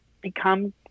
become